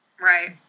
Right